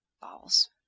Balls